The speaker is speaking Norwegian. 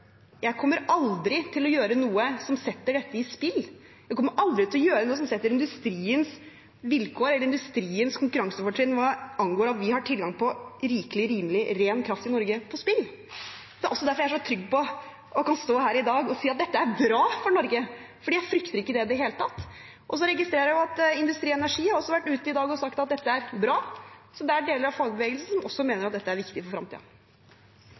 jeg kommer aldri til å gjøre noe som setter dette i spill. Jeg kommer aldri til å gjøre noe som setter industriens vilkår eller industriens konkurransefortrinn hva angår at vi har tilgang på rikelig, rimelig ren kraft i Norge, på spill. Det er derfor jeg er så trygg på og kan stå her i dag og si at dette er bra for Norge, for jeg frykter ikke det i det hele tatt. Og så registrerer jeg at Industri Energi har vært ute i dag og sagt at dette er bra, så det er deler av fagbevegelsen som også mener at dette er viktig for